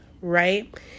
right